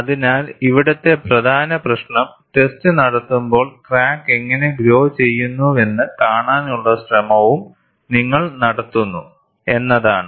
അതിനാൽ ഇവിടത്തെ പ്രധാന പ്രശ്നം ടെസ്റ്റ് നടത്തുമ്പോൾ ക്രാക്ക് എങ്ങനെ ഗ്രോ ചെയ്യുന്നുവെന്ന് കാണാനുള്ള ശ്രമവും നിങ്ങൾ നടത്തുന്നു എന്നതാണ്